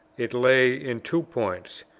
it lay in two points,